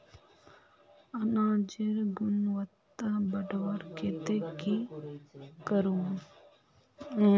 अनाजेर गुणवत्ता बढ़वार केते की करूम?